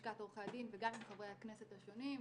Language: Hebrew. לשכת עורכי הדין וגם עם חברי הכנסת השונים,